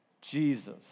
Jesus